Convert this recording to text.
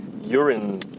urine